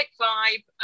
vibe